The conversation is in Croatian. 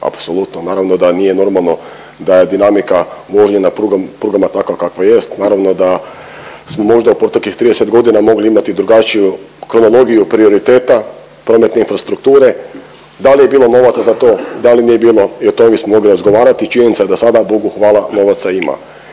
apsolutno, naravno da nije normalno da je dinamika vožnje na prugama takva kakva jest, naravno da smo možda u proteklih 30 godina mogli imati drugačiju kronologiju prioriteta prometne infrastrukture, da je bilo novaca za to, da li nije bilo, i o tome bismo mogli razgovarati, činjenica da sada Bogu hvala novaca ima.